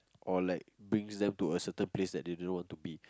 or like brings them to a certain place that they do not want to be